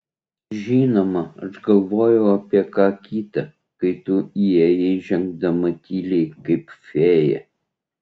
žinoma aš galvojau apie ką kita kai tu įėjai žengdama tyliai kaip fėja